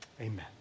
amen